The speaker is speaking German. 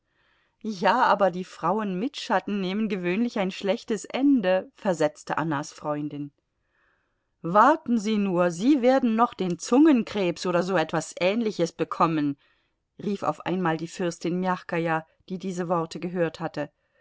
ja aber die frauen mit schatten nehmen gewöhnlich ein schlechtes ende versetzte annas freundin warten sie nur sie werden noch den zungenkrebs oder so etwas ähnliches bekommen rief auf einmal die fürstin mjachkaja die diese worte gehört hatte